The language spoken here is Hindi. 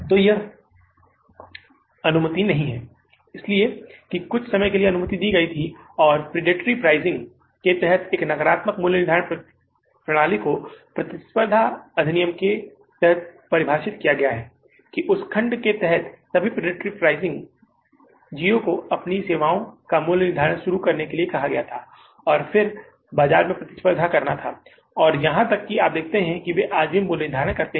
तो यह अनुमति नहीं है इसलिए कि कुछ समय के लिए अनुमति दी गई थी और प्रिडेटोरी प्राइसिंग के तहत एक नकारात्मक मूल्य निर्धारण प्रणाली को प्रतिस्पर्धा अधिनियम के तहत परिभाषित किया गया है कि उस खंड के तहत सभी प्रिडेटोरी प्राइसिंग Jio को अपनी सेवाओं का मूल्य निर्धारण शुरू करने के लिए कहा गया था और फिर बाजार में प्रतिस्पर्धा करना था और यहां तक कि आप देखते हैं कि वे आज भी मूल्य निर्धारण करते है